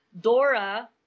Dora